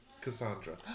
Cassandra